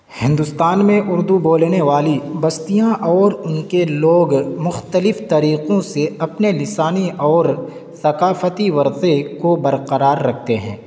ہندوستان میں اردو بولنے والی بستیاں اور ان کے لوگ مختلف طریقوں سے اپنے لسانی اور ثقافتی ورثے کو برقرار رکھتے ہیں